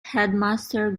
headmaster